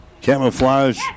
camouflage